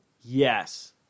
Yes